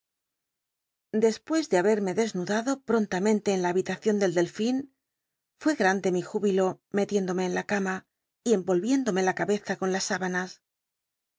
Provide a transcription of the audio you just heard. despucs de haberme desnudado prontamente en la habitacion del dclfin fué grande mi júbilo metiéndome en la cama y enrolyiéndome la cabeza con las sübanas